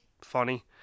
funny